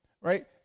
right